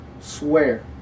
Swear